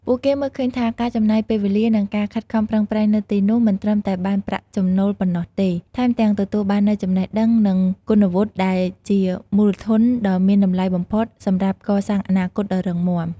ពួកគេមើលឃើញថា ការចំណាយពេលវេលា និងការខិតខំប្រឹងប្រែងនៅទីនោះ មិនត្រឹមតែបានប្រាក់ចំណូលប៉ុណ្ណោះទេ ថែមទាំងទទួលបាននូវចំណេះដឹង និងគុណវុឌ្ឍិដែលជាមូលធនដ៏មានតម្លៃបំផុតសម្រាប់កសាងអនាគតដ៏រឹងមាំ ។